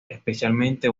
especialmente